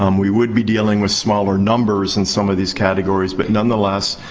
um we would be dealing with smaller numbers in some of these categories, but, nonetheless,